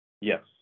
Yes